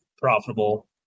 profitable